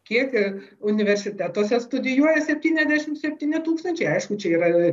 kiek a universitetuose studijuoja septyniasdešim septyni tūkstančiai aišku čia yra